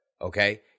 Okay